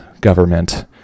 government